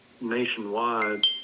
nationwide